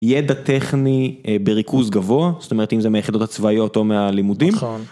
ידע טכני בריכוז גבוה, זאת אומרת אם זה מהיחידות הצבאיות או מהלימודים.